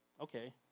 okay